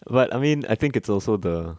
but I mean I think it's also the